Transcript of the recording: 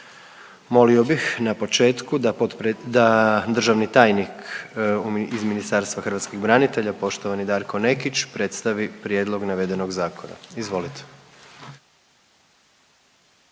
Molio bih na početku da državni tajnik iz Ministarstva hrvatskih branitelja poštovani Darko Nekić predstavi prijedlog navedenog zakona, izvolite.